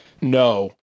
No